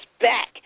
back